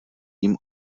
tím